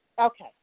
Okay